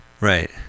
right